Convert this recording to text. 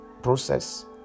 Process